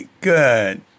Good